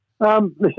Listen